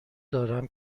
دارم